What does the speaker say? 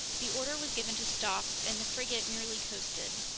the order was given to stop, and the frigate merely coasted.